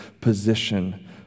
position